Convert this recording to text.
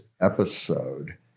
episode